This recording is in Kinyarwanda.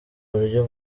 buryo